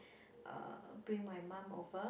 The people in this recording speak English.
uh bring my mum over